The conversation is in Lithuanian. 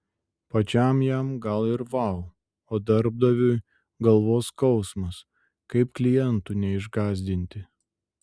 pačiam jam gal ir vau o darbdaviui galvos skausmas kaip klientų neišgąsdinti